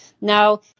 Now